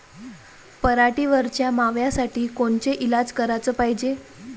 पराटीवरच्या माव्यासाठी कोनचे इलाज कराच पायजे?